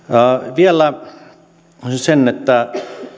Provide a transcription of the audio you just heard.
vielä totean sen että